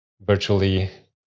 virtually